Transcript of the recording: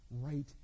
right